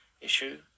issue